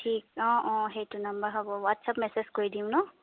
ঠিক অঁ অঁ সেইটো নাম্বাৰ হ'ব হোৱাটচআপ মেছেজ কৰি দিম ন